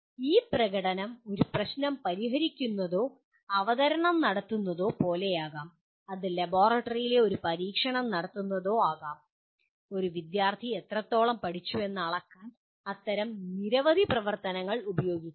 ഈ പ്രകടനം ഒരു പ്രശ്നം പരിഹരിക്കുന്നതോ അവതരണം നടത്തുന്നതോ പോലെയാകാം അത് ലബോറട്ടറിയിൽ ഒരു പരീക്ഷണം നടത്തുന്നതോ ആകാം ഒരു വിദ്യാർത്ഥി എത്രത്തോളം പഠിച്ചുവെന്ന് അളക്കാൻ അത്തരം നിരവധി പ്രവർത്തനങ്ങൾ ഉപയോഗിക്കാം